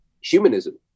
humanism